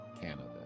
Canada